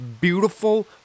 beautiful